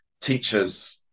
teachers